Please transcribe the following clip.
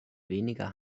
weniger